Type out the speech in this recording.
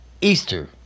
Easter